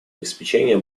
обеспечение